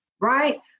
right